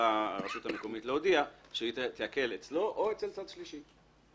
יכולה הרשות המקומית להודיע שהיא תעקל אצלו או אצל צד שלישי.